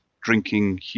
drinking